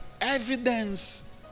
evidence